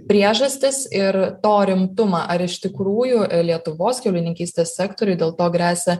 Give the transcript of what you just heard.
priežastis ir to rimtumą ar iš tikrųjų lietuvos kiaulininkystės sektoriui dėl to gresia